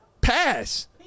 Pass